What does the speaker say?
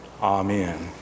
Amen